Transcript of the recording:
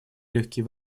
легкие